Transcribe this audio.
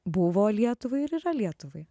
buvo lietuvai ir yra lietuvai